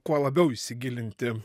kuo labiau įsigilinti